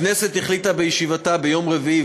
הכנסת החליטה בישיבתה ביום רביעי,